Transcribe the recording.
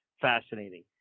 fascinating